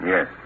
Yes